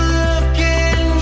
looking